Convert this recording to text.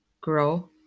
Grow